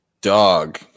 Dog